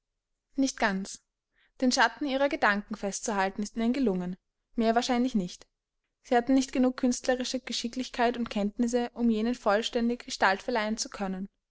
nicht ganz den schatten ihrer gedanken festzuhalten ist ihnen gelungen mehr wahrscheinlich nicht sie hatten nicht genug künstlerische geschicklichkeit und kenntnisse um jenen vollständig gestalt verleihen zu können